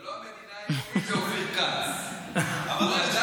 זו לא המדינה היהודית, זה אופיר כץ.